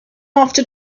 after